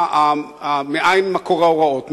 מאין מקור ההוראות?